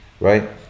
right